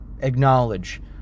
acknowledge